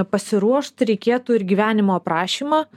pasiruošt reikėtų ir gyvenimo aprašymą